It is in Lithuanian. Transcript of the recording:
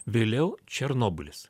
vėliau černobylis